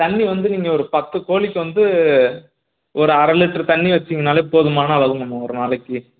தண்ணி வந்து நீங்கள் ஒரு பத்து கோழிக்கு வந்து ஒரு அரை லிட்ரு தண்ணி வச்சீங்கன்னாலே போதுமான அளவுங்கம்மா ஒரு நாளைக்கு